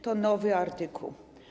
To nowy artykuł.